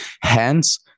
Hence